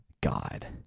God